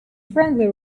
friendly